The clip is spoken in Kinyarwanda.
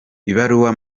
ibaruwa